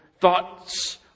thoughts